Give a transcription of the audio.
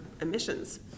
emissions